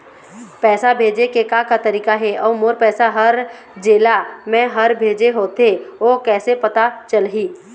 पैसा भेजे के का का तरीका हे अऊ मोर पैसा हर जेला मैं हर भेजे होथे ओ कैसे पता चलही?